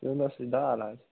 سیُن حظ چھ دال آز